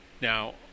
Now